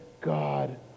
God